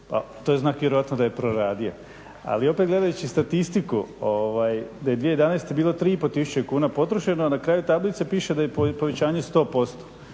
je to znak vjerojatno da je proradio. Ali opet gledajući statistiku da je 2011.bilo 3,5 tisuće kuna potrošeno, a na kraju tablice piše da je povećanje 100%.